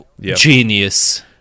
genius